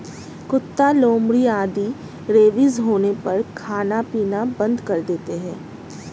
कुत्ता, लोमड़ी आदि रेबीज होने पर खाना पीना बंद कर देते हैं